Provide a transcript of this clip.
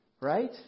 right